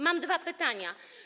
Mam dwa pytania.